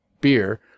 beer